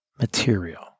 material